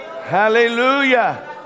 hallelujah